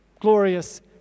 glorious